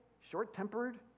short-tempered